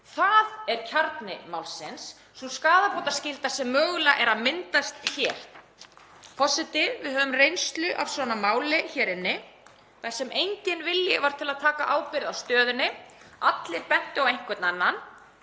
Það er kjarni málsins; sú skaðabótaskylda sem mögulega er að myndast hér. Forseti. Við höfum reynslu af svona máli hér inni þar sem enginn vilji var til að taka ábyrgð á stöðunni. Allir bentu á einhvern annan.